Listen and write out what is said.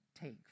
take